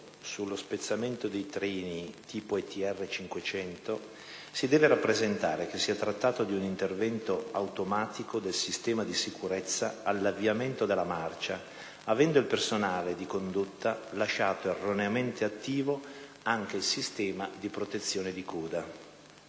sullo spezzamento dei treni di tipo ETR 500, si deve rappresentare che si è trattato di un intervento automatico del sistema di sicurezza all'avviamento della marcia, avendo il personale di condotta lasciato erroneamente attivo anche il sistema di protezione di coda.